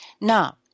Now